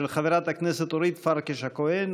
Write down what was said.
של חברת הכנסת אורית פרקש הכהן.